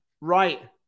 right